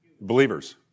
Believers